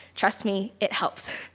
trust me, it helps.